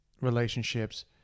relationships